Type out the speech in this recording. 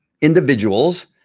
individuals